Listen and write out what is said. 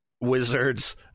wizards